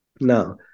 Now